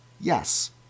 yes